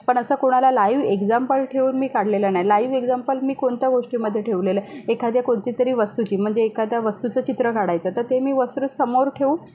पण असं कोणाला लाईव एक्जाम्पल ठेऊन मी काढलेला नाही लाईव एक्जाम्पल मी कोणत्या गोष्टीमध्ये ठेवलेलं आहे एखाद्या कोणतीतरी वस्तूची म्हणजे एखाद्या वस्तूचं चित्र काढायचं तर ते मी वस्त्र समोर ठेऊन